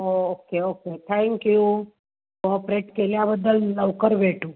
हो okay okay thank you cooperate केल्याबद्दल लवकर भेटू